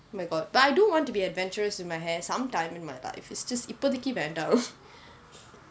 oh my god but I do want to be adventurous with my hair sometime in my life is just இப்போதைக்கு வேண்டாம்:ippothaikku vaendaam